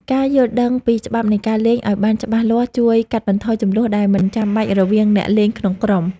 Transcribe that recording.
ការយល់ដឹងពីច្បាប់នៃការលេងឱ្យបានច្បាស់លាស់ជួយកាត់បន្ថយជម្លោះដែលមិនចាំបាច់រវាងអ្នកលេងក្នុងក្រុម។